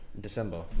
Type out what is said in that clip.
december